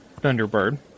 Thunderbird